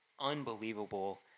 unbelievable